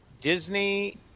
Disney